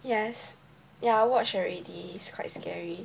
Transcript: yes ya watch already is quite scary